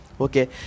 Okay